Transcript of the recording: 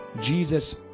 jesus